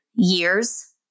years